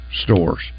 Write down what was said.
stores